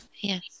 Yes